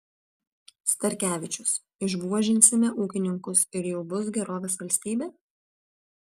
starkevičius išbuožinsime ūkininkus ir jau bus gerovės valstybė